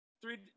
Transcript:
Three